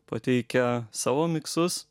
pateikia savo miksus